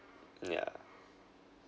yeah